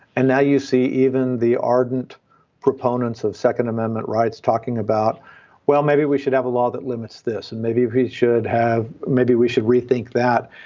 and now you see even the ardent proponents of second amendment rights talking about well maybe we should have a law that limits this. and maybe he should have. maybe we should rethink that.